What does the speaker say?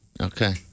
Okay